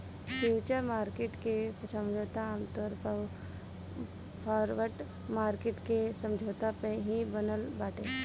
futures market के समझौता आमतौर पअ फॉरवर्ड मार्किट के समझौता पे ही बनल बाटे